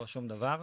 לא שום דבר,